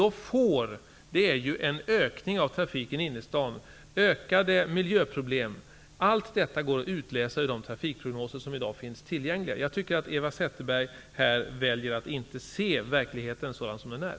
Då blir det ju en ökning av trafiken i innerstaden och det blir ökade miljöproblem. Allt detta går att utläsa ur de trafikprognoser som i dag finns tillgängliga. Eva Zetterberg väljer att inte se verkligheten sådan som den är.